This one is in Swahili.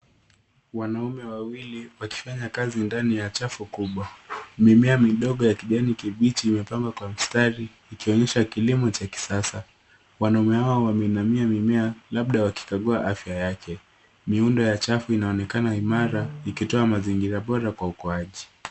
Wanaume wawili wakifanya kazi ndani ya chafu kubwa, mimea midogo ya kijani kibichi imepangwa kwa mstari ikionyesha kilimo cha kisasa. Wanaume hao wameinamia mimea labda wakikagua afya yake, miundo ya chafu inaonekana imara ikitoa mazingira bora kwa ukoaji.